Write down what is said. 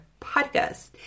Podcast